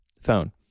phone